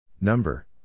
Number